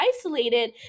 isolated